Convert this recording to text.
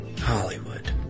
Hollywood